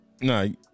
No